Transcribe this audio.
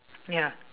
ya